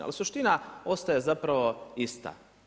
Ali suština ostaje zapravo ista.